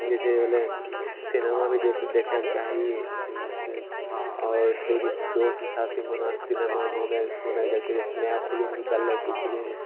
जैसे होलै सिनेमा भी देखैके चाही आओर दो दोस्तके साथ सिनेमा सिनेमा घूमै जाइ छै जैसे नया फिलिम निकललै तऽ ओ फिलिम सब दोस्त